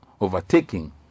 overtaking